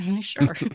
Sure